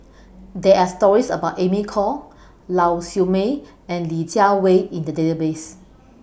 There Are stories about Amy Khor Lau Siew Mei and Li Jiawei in The Database